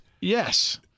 Yes